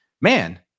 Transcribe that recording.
man